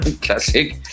classic